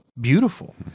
beautiful